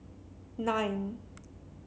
nine